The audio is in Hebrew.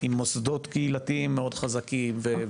עם מוסדות קהילתיים חזקים מאוד.